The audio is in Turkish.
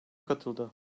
katıldı